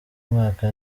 mwaka